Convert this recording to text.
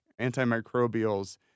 antimicrobials